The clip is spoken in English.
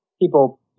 People